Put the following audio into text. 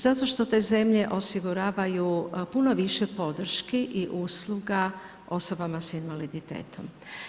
Zato što te zemlje osiguravaju puno više podrški i usluga osobama s invaliditetom.